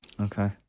Okay